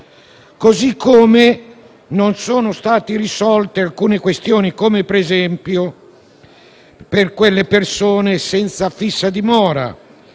modo non sono state risolte alcune questioni come, per esempio, quella delle persone senza fissa dimora,